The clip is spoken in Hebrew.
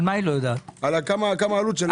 כמה העלות.